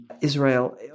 Israel